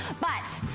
but,